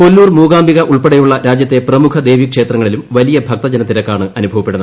കൊല്ലൂർ മൂകാംബിക ഉൾപ്പെടെയുള്ള രാജ്യത്തെ പ്രമുഖ ദേവി ക്ഷേത്രങ്ങളിലും വലിയ ഭക്ത ജനത്തിരക്കാണ് അനുഭവപ്പെടുന്നത്